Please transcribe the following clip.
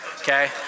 okay